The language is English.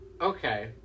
okay